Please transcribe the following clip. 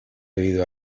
debido